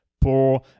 poor